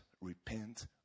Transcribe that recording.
repent